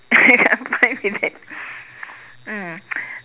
I'm okay with that mm